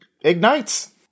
ignites